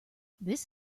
this